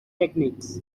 techniques